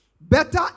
Better